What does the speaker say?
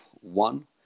one